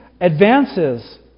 advances